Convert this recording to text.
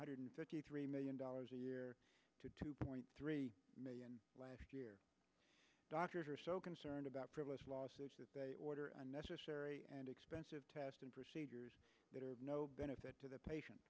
hundred fifty three million dollars a year to two point three million last year doctors are so concerned about frivolous lawsuits that order unnecessary and expensive testing procedures that are no benefit to the patient